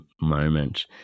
moment